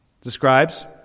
describes